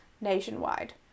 nationwide